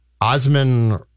Osman